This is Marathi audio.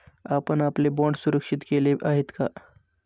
आपण आपले बाँड सुरक्षित केले आहेत का?